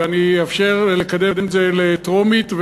ואני אאפשר לקדם את זה לטרומית,